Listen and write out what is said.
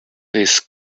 his